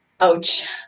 ouch